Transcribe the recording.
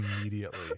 immediately